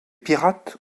pirates